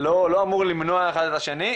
לא אמור למנוע אחד את השני.